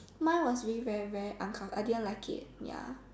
mine was really very very uncomfortable I didn't like it ya